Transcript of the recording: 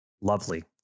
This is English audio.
lovely